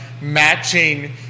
matching